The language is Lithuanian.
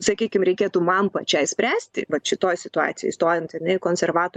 sakykim reikėtų man pačiai spręsti vat šitoje situacijoj stojant ar ne į konservatorių